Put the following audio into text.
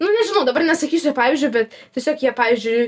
nu nežinau dabar nesakysiu pavyzdžio bet tiesiog jie pavyzdžiui